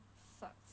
sucks